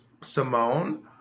Simone